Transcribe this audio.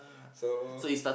so